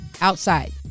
outside